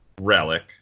Relic